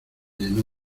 llenó